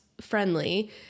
friendly